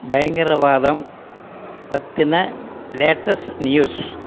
பயங்கரவாதம் பற்றின latest news